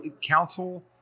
council